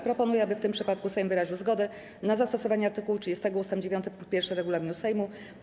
Proponuję, aby w tym przypadku Sejm wyraził zgodę na zastosowanie art. 30 ust. 9 pkt 1 regulaminu Sejmu.